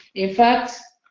in fact,